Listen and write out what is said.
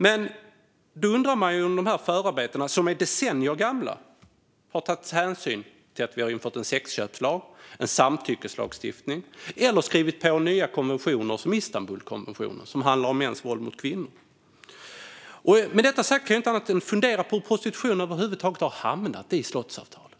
Men då undrar man om det med dessa förarbeten, som är decennier gamla, har tagits hänsyn till att vi infört en sexköpslag och samtyckeslagstiftning eller att vi skrivit på nya konventioner såsom Istanbulkonventionen, som handlar om mäns våld mot kvinnor. Med detta sagt kan jag inte annat än fundera på hur prostitution över huvud taget har hamnat i slottsavtalet.